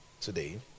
today